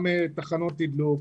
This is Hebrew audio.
גם תחנות תדלוק,